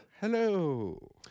Hello